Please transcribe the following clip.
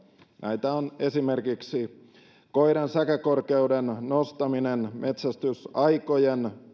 näitä ovat esimerkiksi koiran säkäkorkeuden nostaminen metsästysaikojen